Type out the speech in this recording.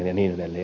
ja niin edelleen